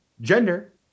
gender